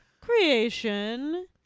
Creation